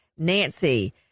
Nancy